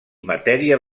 matèria